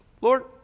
Lord